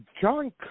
John